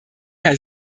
herr